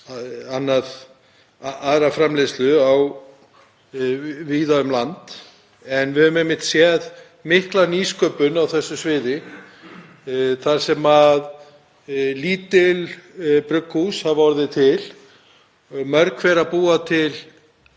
aðra framleiðslu víða um land, en við höfum einmitt séð mikla nýsköpun á því sviði þar sem lítil brugghús hafa orðið til, og mörg hver búa til